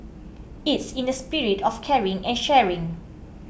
it's in the spirit of caring and sharing